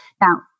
Now